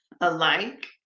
alike